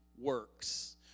works